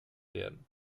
werden